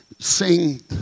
Sing